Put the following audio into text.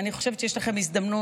אני חושבת שיש לכם הזדמנות,